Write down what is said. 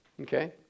Okay